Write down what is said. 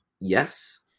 yes